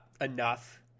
enough